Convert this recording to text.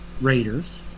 Raiders